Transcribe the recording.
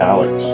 Alex